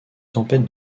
tempête